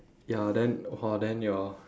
ya then !wah! then your